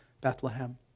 Bethlehem